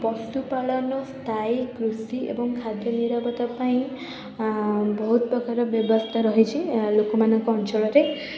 ପଶୁପାଳନ ସ୍ଥାୟୀକୃଷି ଏବଂ ଖାଦ୍ୟ ନିରାପଦା ପାଇଁ ବହୁତପ୍ରକାର ବ୍ୟବସ୍ଥା ରହିଛି ଲୋକମାନଙ୍କ ଅଞ୍ଚଳରେ